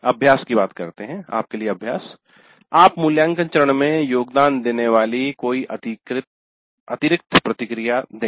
अभ्यास आप मूल्यांकन चरण में योगदान देने वाली कोई अतिरिक्त प्रक्रिया दें